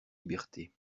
liberté